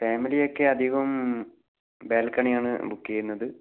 ഫാമിലിയൊക്കെ അധികം ബാൽക്കണിയാണ് ബുക്ക് ചെയ്യുന്നത്